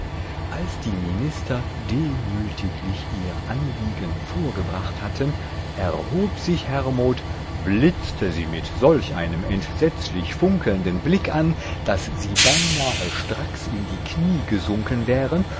als die minister demütiglich ihr anliegen vorgebracht hatten erhob sich hermod blitzte sie mit solch einem entsetzlich funkelnden blick an daß sie beinahe stracks in die knie gesunken wären